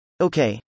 Okay